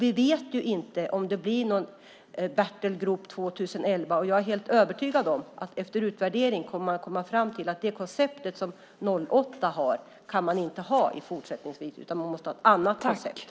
Vi vet inte om det blir någon battle group 2011. Jag är helt övertygad om att man efter utvärdering kommer att komma fram till att det koncept som 2008 har kan man inte ha fortsättningsvis, utan man måste ha ett annat koncept.